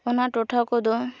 ᱚᱱᱟ ᱴᱚᱴᱷᱟ ᱠᱚᱫᱚ